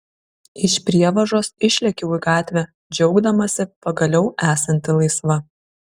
iš prievažos išlėkiau į gatvę džiaugdamasi pagaliau esanti laisva